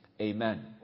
Amen